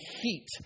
heat